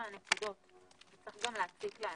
לכולם,